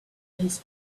his